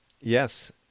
yes